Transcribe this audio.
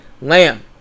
lamb